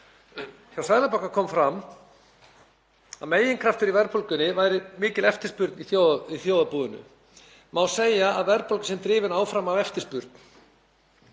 Hjá Seðlabankanum kom fram að meginkraftur í verðbólgunni væri mikil eftirspurn í þjóðarbúinu. Má segja að verðbólga sé drifin áfram af eftirspurn.